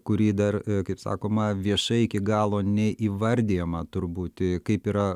kurį dar kaip sakoma viešai iki galo neįvardijama turbūt kaip yra